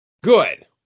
good